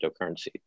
cryptocurrency